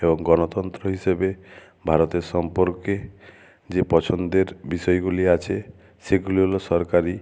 এবং গণতন্ত্র হিসেবে ভারতের সম্পর্কে যে পছন্দের বিষয়গুলি আছে সেগুলি হলো সরকারি